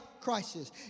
crisis